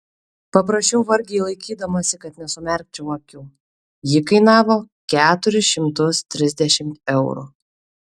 paprašiau vargiai laikydamasi kad nesumerkčiau akių ji kainavo keturis šimtus trisdešimt eurų